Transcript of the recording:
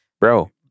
Bro